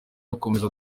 akomeza